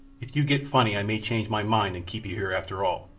if you get funny i may change my mind, and keep you here after all.